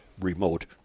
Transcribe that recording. remote